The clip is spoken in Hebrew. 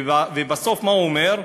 ובסוף מה הוא אומר?